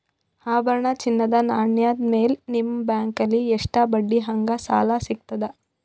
ಆಭರಣ, ಚಿನ್ನದ ನಾಣ್ಯ ಮೇಲ್ ನಿಮ್ಮ ಬ್ಯಾಂಕಲ್ಲಿ ಎಷ್ಟ ಬಡ್ಡಿ ಹಂಗ ಸಾಲ ಸಿಗತದ?